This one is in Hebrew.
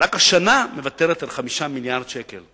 הממשלה מוותרת על 5 מיליארדי שקלים.